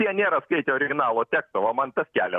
jie nėra skaitę originalo teksto va man tas kelia